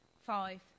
Five